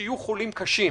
שיהיו חולים קשים.